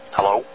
Hello